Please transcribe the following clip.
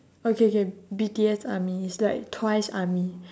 okay okay B_T_S army it's like twice army